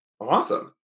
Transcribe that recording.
Awesome